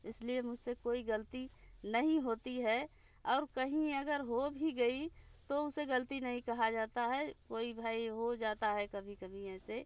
इसलिए मुझसे कोई गलती नहीं होती है और कहीं अगर हो भी गई तो उसे गलती नहीं कहा जाता है कोई भाई हो जाता है कभी कभी ऐसे